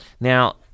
Now